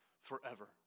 forever